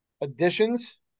additions